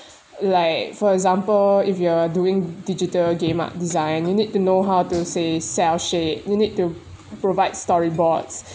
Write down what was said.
like for example if you are doing digital game art design you need to know how to say cel-shade you need to provide storyboards